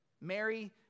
Mary